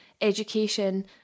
education